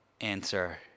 answer